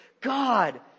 God